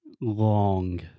long